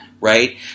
Right